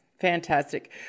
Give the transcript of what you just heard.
fantastic